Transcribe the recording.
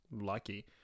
lucky